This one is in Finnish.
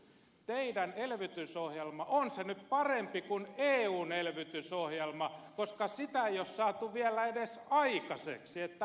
teidän elvytysohjelmanne on se nyt parempi kuin eun elvytysohjelma koska sitä ei ole saatu vielä edes aikaiseksi